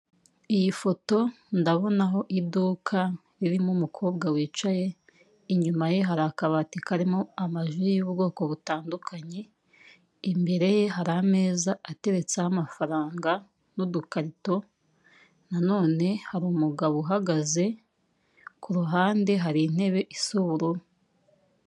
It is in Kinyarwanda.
Iyi foto ndabonaho iduka ririmo umukobwa wicaye, inyuma ye hari akabati karimo amaji y'ubwoko butandukanye, imbere ye hari ameza ateretseho amafaranga n'udukarito, nanone hari umugabo uhagaze kuruhande hari intebe isa ubururu.